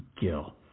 Gill